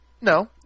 No